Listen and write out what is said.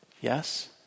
Yes